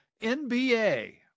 NBA